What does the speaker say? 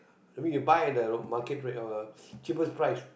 that mean you buy at the market rate uh cheapest price